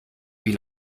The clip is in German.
wie